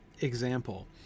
example